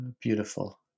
Beautiful